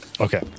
Okay